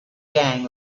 gang